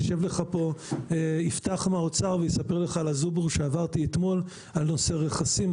יושב לך פה יפתח מהאוצר ויספר לך על הזובור שעברתי אתמול על נושא רכסים,